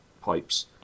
pipes